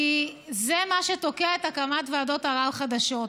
כי זה מה שתוקע הקמת ועדות ערר חדשות.